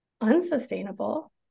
unsustainable